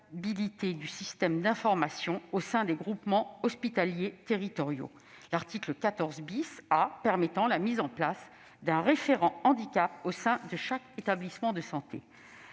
du système d'information au sein des groupements hospitaliers de territoire ; et l'article 14 A, permettant la mise en place d'un référent handicap au sein de chaque établissement de santé.